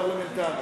זה פרלמנטרי.